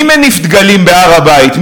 מי מניף דגלים בהר-הבית?